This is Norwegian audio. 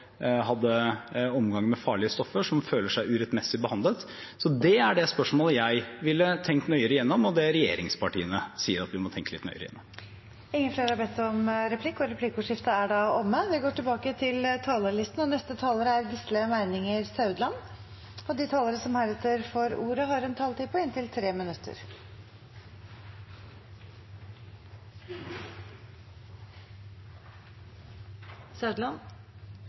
hadde omgang med farlige stoffer, og som føler seg urettmessig behandlet. Det er det spørsmålet jeg ville tenkt nøyere igjennom, og det er det regjeringspartiene sier at vi må tenke litt nøyere igjennom. Replikkordskiftet er omme. Dette er en gledens dag, for i dag, 10. mai 2021, får oljepionerene endelig rettferdighet. For nesten nøyaktig to måneder siden diskuterte vi i denne salen en interpellasjon som